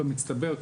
במצטבר,